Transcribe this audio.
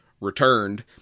returned